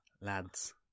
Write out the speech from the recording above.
Lads